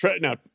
now